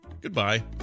goodbye